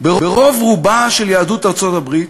ברוב-רובה של יהדות ארצות-הברית